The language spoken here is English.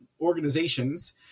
organizations